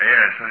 Yes